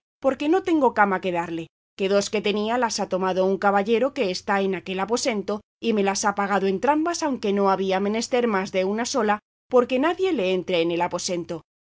porque no tengo cama que darle que dos que tenía las ha tomado un caballero que está en aquel aposento y me las ha pagado entrambas aunque no había menester más de la una sola porque nadie le entre en el aposento